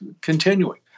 continuing